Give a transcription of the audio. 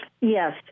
yes